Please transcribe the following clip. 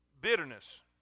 Bitterness